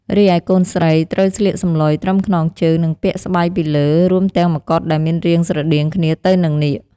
រីឯកូនស្រី ត្រូវស្លៀកសំឡុយត្រឹមខ្នងជើង និងពាក់ស្បៃពីលើ រួមទាំងម្កុដដែលមានរាងស្រដៀងគ្នាទៅនឹងនាគ។